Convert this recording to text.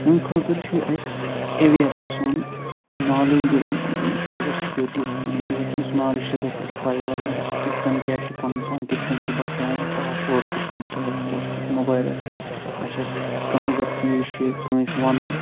امہِ خٲطرٕ چھُ یہِ اسہِ اویر گژھُن نالیج سایبر سِکیورٹیس یُس نالیج چھُ سُہ گژھِ اسہِ پاے لگٕنۍ کِتھ کٔنۍ کیٛاہ چھُ پنُن پان کِتھ کٔنۍ چھُ بچاوُن پاس وٲڈ کِتھ کٔنۍ کیٛاہ تھوو أسۍ موبایلس اچھا کانٛہہ اگر چیٖز چھُ کٲنٛسہِ ؤنو